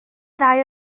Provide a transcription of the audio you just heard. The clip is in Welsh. ddau